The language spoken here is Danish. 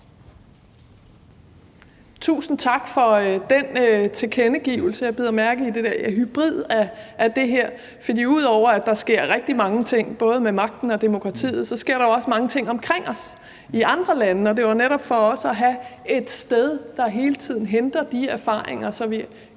Tusind tak for den tilkendegivelse. Jeg bider mærke i, at man siger »en hybrid af det her«, for ud over at der sker rigtig mange ting både med magten og demokratiet, sker der jo også mange ting omkring os i andre lande. Det var netop for også at have et sted, der hele tiden henter de erfaringer, så vi kan lære